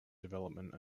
development